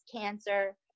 cancer